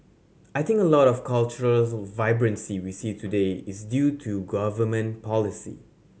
I think a lot of the cultural vibrancy we see today is due to government policy